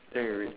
then can read